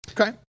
Okay